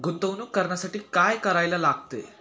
गुंतवणूक करण्यासाठी काय करायला लागते?